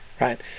right